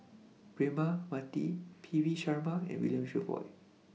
Braema Mathi P V Sharma and William Jervois